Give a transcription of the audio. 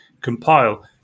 compile